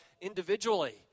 individually